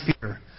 fear